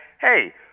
hey